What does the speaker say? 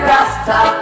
Rasta